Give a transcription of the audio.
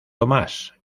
tomás